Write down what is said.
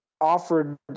offered